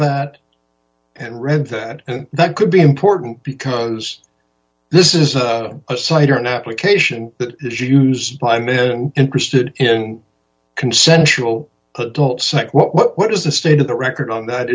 that and read that and that could be important because this is a a site or an application that is used by men an interested in consensual adult sect what is the state of the record on that